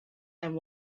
and